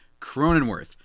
Cronenworth